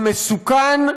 המסוכן,